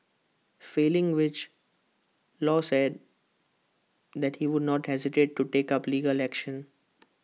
failing which law said that he would not hesitate to take up legal action